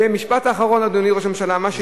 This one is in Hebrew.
משפט אחרון, אדוני ראש הממשלה.